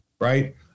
right